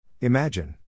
Imagine